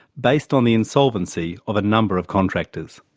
based on the insolvency of a number of contractors.